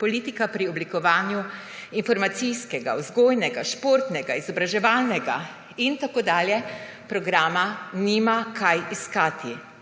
Politika pri oblikovanju informacijskega, vzgojnega, športnega, izobraževalnega programa nima kaj iskati.